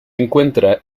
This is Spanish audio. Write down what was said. encuentra